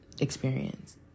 experience